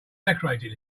decorated